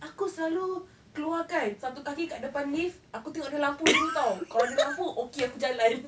aku selalu keluar kan satu kaki kat depan lift aku tengok dia lampu dulu [tau] kalau ada lampu okay aku jalan